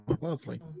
lovely